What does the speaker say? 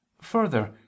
Further